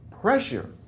pressure